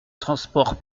transport